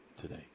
today